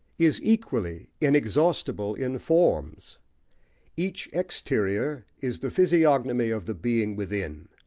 is equally inexhaustible in forms each exterior is the physiognomy of the being within,